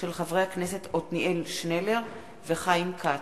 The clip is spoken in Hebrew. של חברי הכנסת עתניאל שנלר וחיים כץ.